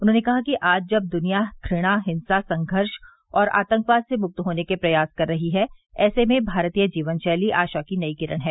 उन्होंने कहा कि आज जब दुनिया घृणा हिंसा संघर्ष और आतंकवाद से मुक्त होने के प्रयास कर रही है ऐसे में भारतीय जीवनशैली आशा की नई किरण है